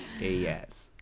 Yes